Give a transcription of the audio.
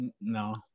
no